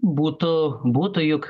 būtų būtų juk